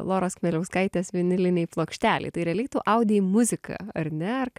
loros kmieliauskaitės vinilinei plokštelei tai realiai tu audei muziką ar ne ar